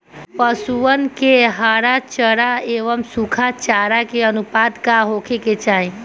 पशुअन के हरा चरा एंव सुखा चारा के अनुपात का होखे के चाही?